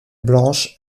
blanche